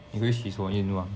你或许什么愿望